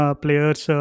players